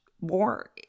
more